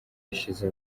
yashyize